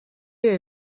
日本